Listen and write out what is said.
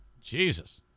Jesus